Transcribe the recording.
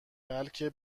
بلکه